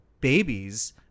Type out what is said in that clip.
babies